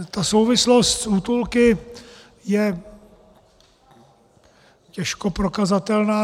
Ta souvislost s útulky je těžko prokazatelná.